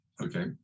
Okay